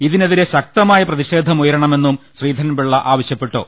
ഇതിനെതിരെ ശക്തമായ പ്രതി ഷേധം ഉയരണമെന്നും ശ്രീധരൻപിള്ള ആവശൃപ്പെട്ടു